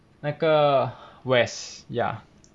那个 west ya